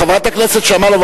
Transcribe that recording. חברת הכנסת שמאלוב,